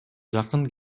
жакын